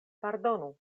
pardonu